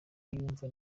yumva